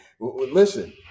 listen